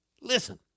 Listen